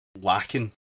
lacking